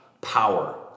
power